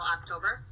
October